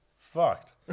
fucked